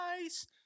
Nice